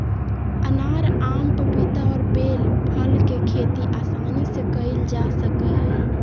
अनार, आम, पपीता और बेल फल के खेती आसानी से कइल जा सकय हइ